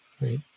Right